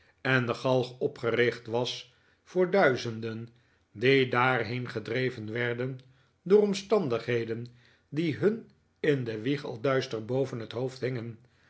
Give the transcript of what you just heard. en de galg opgericht was voor duizenden die daarheen gedreven werden door omstandigheden die hun in de wieg al duister boven het hoofd hingen